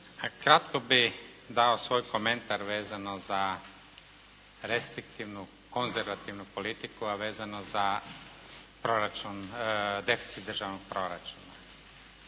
Kratko bih dao svoj komentar vezano za restriktivnu, konzervativnu politiku, a vezano za proračun, deficit državnog proračuna.